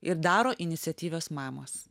ir daro iniciatyvios mamos